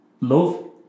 love